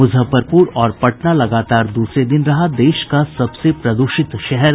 मुजफ्फरपुर और पटना लगातार दूसरे दिन रहा देश का सबसे प्रदूषित शहर